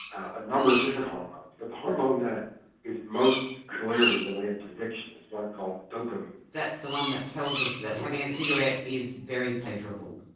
a number of different hormones, but the hormone that is most clearly related to addiction is one called dopamine. that's the one that tells us that having a cigarette is very pleasurable.